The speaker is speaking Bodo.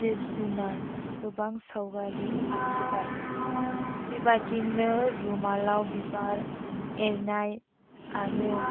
जिब जुनार गोबां सावगारि आखिबाय बेबादिनो रुमालाव बिबार एरनाय आरो